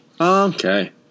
Okay